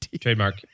Trademark